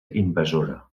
invasora